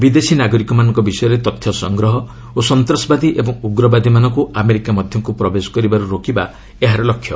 ବିଦେଶୀ ନାଗରିକମାନଙ୍କ ବିଷୟରେ ତଥ୍ୟ ସଂଗ୍ରହ ଓ ସନ୍ତାସବାଦୀ ଏବଂ ଉଗ୍ରବାଦୀମାନଙ୍କୁ ଆମେରିକା ମଧ୍ୟକୁ ପ୍ରବେଶ କରିବାରୁ ରୋକିବା ଏହାର ଲକ୍ଷ୍ୟ